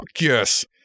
yes